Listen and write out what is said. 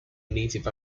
native